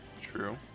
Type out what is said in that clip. True